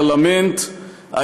במדינה דמוקרטית החקיקה נקבעת בפרלמנט,